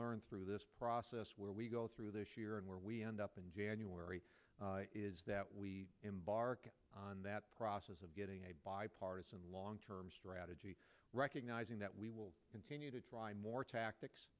learn through this process where we go through this year and where we end up in january is that we embark on that process of getting a bipartisan long term strategy recognizing that we will continue to more tactics